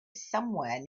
somewhere